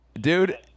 dude